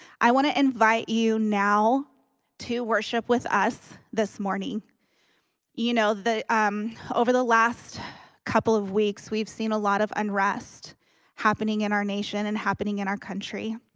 i want to invite you now to worship with us this morning you know the um over the last couple of weeks we've seen a lot of unrest happening in our nation and happening in our country